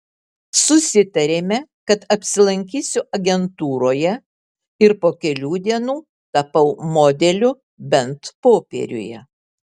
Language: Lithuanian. susitarėme kad apsilankysiu agentūroje ir po kelių dienų tapau modeliu bent popieriuje